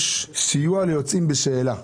יש סיוע ליוצאים בשאלה.